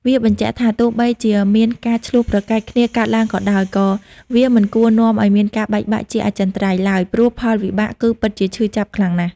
វាបញ្ជាក់ថា ទោះបីជាមានការឈ្លោះប្រកែកគ្នាកើតឡើងក៏ដោយ ក៏វាមិនគួរនាំឲ្យមានការបែកបាក់ជាអចិន្ត្រៃយ៍ឡើយ ព្រោះផលវិបាកគឺពិតជាឈឺចាប់ខ្លាំងណាស់។